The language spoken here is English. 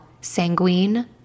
sanguine